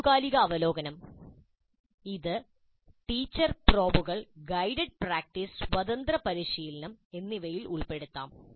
ആനുകാലിക അവലോകനം ഇത് ടീച്ചർ പ്രോബുകൾ ഗൈഡഡ് പ്രാക്ടീസ് സ്വതന്ത്ര പരിശീലനം എന്നിവയിൽ ഉൾപ്പെടുത്താം